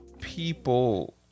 people